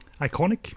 Iconic